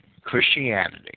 Christianity